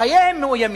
חייהם מאוימים.